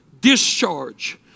discharge